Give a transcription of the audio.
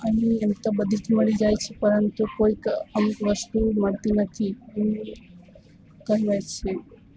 અહીં એમતો બધી જ મળી જાય છે પરંતુ કોઈક અમુક વસ્તુ મળતી નથી કહેવાય છે